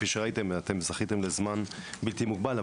כפי שראיתם אתם זכיתם לזמן בלתי מוגבל,